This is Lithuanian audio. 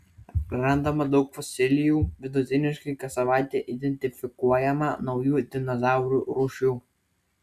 randama daug fosilijų vidutiniškai kas savaitę identifikuojama naujų dinozaurų rūšių